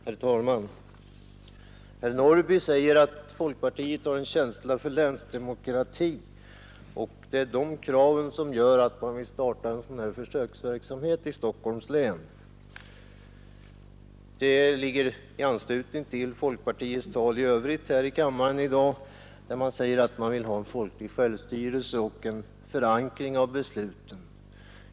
Herr talman! Herr Norrby i Åkersberga säger att folkpartiet har en känsla för länsdemokrati och att det är detta som gör att man vill starta en försöksverksamhet i Stockholms län. Detta ansluter sig till folk partiets synpunkter i övrigt här i kammaren i dag, när man säger sig vilja ha en folklig självstyrelse och en förankring av besluten.